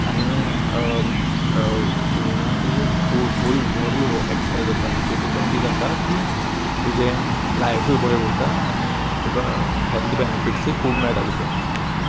आनी स्विमींगान तुजी फूल बॉडी एक्ससायज जाता सो तितून कितें जाता की तुजें लायफूय बरें उरता आनी तुका हेल्थ बेनिफिट्सूय खूब मेळटा तितून